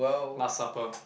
last supper